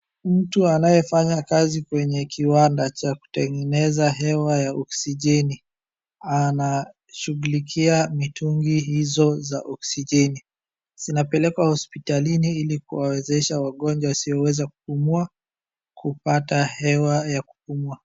Mtu anayefanya kazi kwenye kiwanda cha kutegeneza hewa ya oxygen anashughulikia mitungi hizo za oxygen . Zinapelekwa hospitalini ili kuwawezesha wagonjwa wasioweza kupumua kupata hewa ya kupumua.